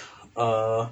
err